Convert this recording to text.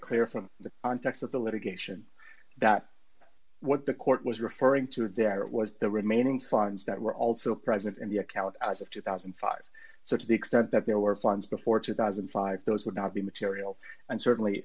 clear from the context of the litigation that what the court was referring to there it was the remaining funds that were also present in the account as of two thousand and five so to the extent that there were funds before two thousand and five those would not be material and certainly